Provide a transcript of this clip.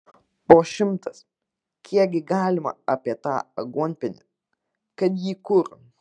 po šimtas kiekgi galima apie tą aguonpienį kad jį kur